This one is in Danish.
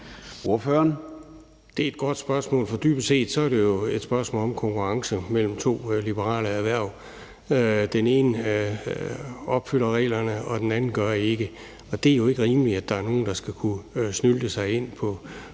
Det er et godt spørgsmål, for dybest set er det jo et spørgsmål om konkurrence mellem to liberale erhverv. Den ene opfylder reglerne, den anden gør ikke, og det er jo ikke rimeligt, at der er nogen, der kan snylte sig ind på